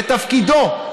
זה תפקידו,